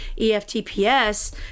EFTPS